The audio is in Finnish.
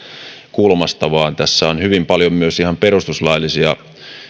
kulmasta vaan tässä on hyvin paljon myös ihan perustuslaillisia